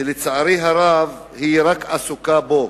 שלצערי הרב, היא עסוקה רק בה.